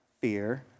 fear